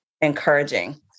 encouraging